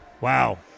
Wow